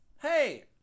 hey